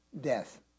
death